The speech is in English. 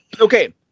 Okay